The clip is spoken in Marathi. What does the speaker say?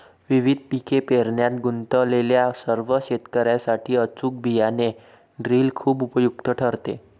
विविध पिके पेरण्यात गुंतलेल्या सर्व शेतकर्यांसाठी अचूक बियाणे ड्रिल खूप उपयुक्त ठरेल